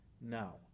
now